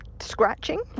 scratching